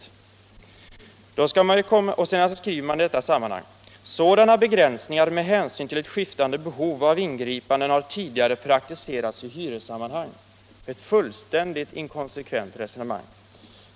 I detta sammanhang skriver utskottet: ”Sådana begränsningar med hänsyn till ett skiftande behov av ingripanden har tidigare praktiserats i hyressammanhang.” Ett fullständigt inkonsekvent resonemang!